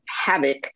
Havoc